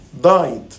died